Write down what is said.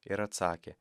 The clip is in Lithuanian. ir atsakė